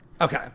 Okay